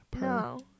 No